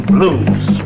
Blues